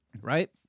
Right